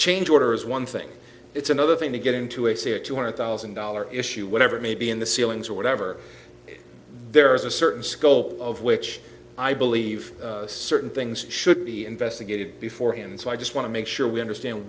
change order is one thing it's another thing to get into a say a two hundred thousand dollars issue whatever may be in the ceilings or whatever there is a certain scope of which i believe certain things should be investigated before him so i just want to make sure we understand